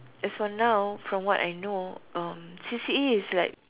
as for now from what I know uh C_C_A is like